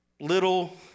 little